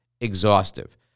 exhaustive